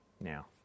now